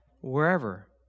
wherever